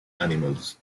animals